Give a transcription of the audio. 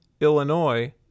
Illinois